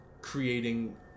creating